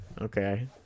okay